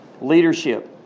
leadership